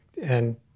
And-